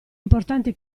importanti